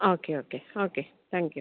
ആ okay okay okay thank you